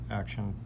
action